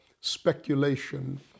speculation